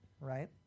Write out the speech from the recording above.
right